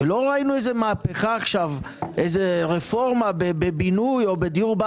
לא ראינו איזה רפורמה בבינוי או בדיור בר